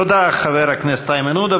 תודה, חבר הכנסת איימן עודה.